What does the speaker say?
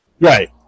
Right